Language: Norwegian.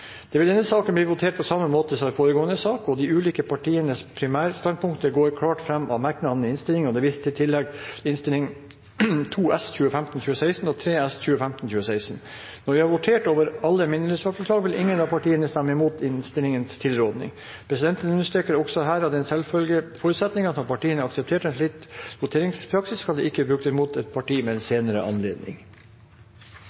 Det vil i denne saken bli votert på samme måte som i foregående sak. De ulike partienes primærstandpunkter går klart fram av merknadene i innstillingen, og det vises i tillegg til Innst. 2 S for 2015–2016 og Innst. 3 S for 2015–2016. Når vi har votert over alle mindretallsforslagene, vil ingen av partiene stemme mot innstillingens tilråding. Presidenten understreker også her som den selvfølgelige forutsetning at når partiene aksepterer en slik voteringspraksis, skal dette ikke bli brukt mot et parti ved en senere anledning.